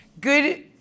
good